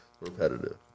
repetitive